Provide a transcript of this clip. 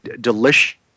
delicious